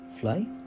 fly